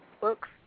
books